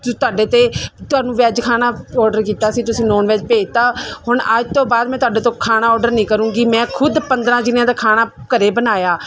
ਤੁਹਾਡੇ ਤੇ ਤੁਹਾਨੂੰ ਵੈੱਜ ਖਾਣਾ ਆਰਡਰ ਕੀਤਾ ਸੀ ਤੁਸੀਂ ਨੋਨ ਵੈੱਜ ਭੇਜ ਤਾ ਹੁਣ ਅੱਜ ਤੋਂ ਬਾਅਦ ਮੈਂ ਤੁਹਾਡੇ ਤੋਂ ਖਾਣਾ ਆਰਡਰ ਨਹੀਂ ਕਰੂੰਗੀ ਮੈਂ ਖੁਦ ਪੰਦਰਾ ਜਣਿਆਂ ਦਾ ਖਾਣਾ ਘਰੇ ਬਣਾਇਆ